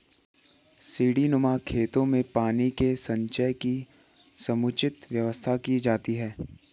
सीढ़ीनुमा खेतों में पानी के संचय की समुचित व्यवस्था की जाती है